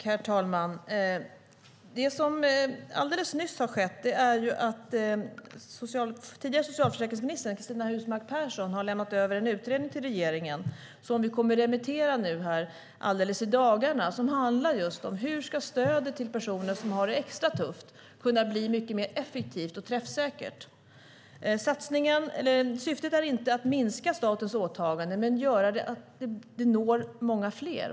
Herr talman! Det som alldeles nyss har skett är att tidigare socialförsäkringsminister Cristina Husmark Pehrsson har lämnat över en utredning till regeringen som vi kommer att remittera i dagarna. Den handlar just om hur stödet till personer som har det extra tufft ska kunna bli mer effektivt och träffsäkert. Syftet är inte att minska statens åtagande utan att göra så att det når många fler.